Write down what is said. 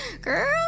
Girl